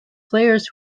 players